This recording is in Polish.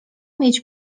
mieć